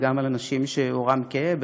וגם על אנשים שעורם כהה,